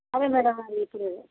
అదే మేడం అది ఇప్పుడు